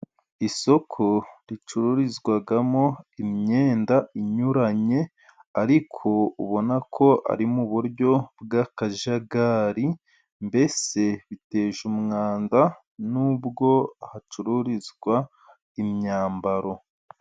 Isoko ricururizwamo imyenda inyuranye ariko ubona ko ari mu buryo bw'akajagari. Mbese biteje umwanda nubwo hacururizwa imyambaro.